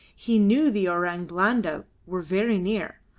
he knew the orang blanda were very near,